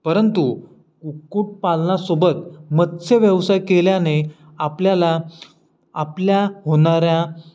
परंतु कुक्कूटपालनासोबत मत्स्यव्यवसाय केल्याने आपल्याला आपल्या होणाऱ्या